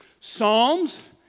Psalms